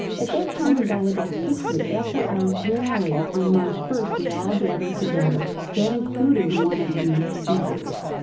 at that time in gallaudet's history, after our rally on march first, we all gathered together. that included one of the speakers,